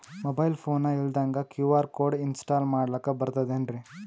Mobile phone ಇಲ್ದಂಗ QR code install ಮಾಡ್ಲಕ ಬರ್ತದೇನ್ರಿ?